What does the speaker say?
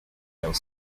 while